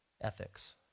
ethics